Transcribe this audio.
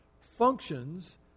functions